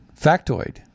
factoid